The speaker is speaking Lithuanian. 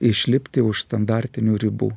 išlipti už standartinių ribų